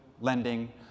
lending